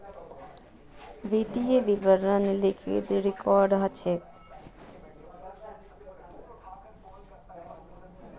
वित्तीय विवरण लिखित रिकॉर्ड ह छेक